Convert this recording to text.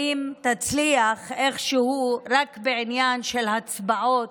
ואם תצליח איכשהו, רק בעניין של הצבעות,